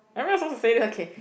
am I not supposed to say this okay